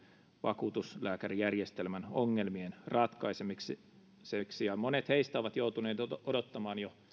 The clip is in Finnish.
vakuutuslääkärijärjestelmän ongelmien ratkaisemiseksi ja monet heistä ovat joutuneet odottamaan jo